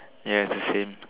ya it's the same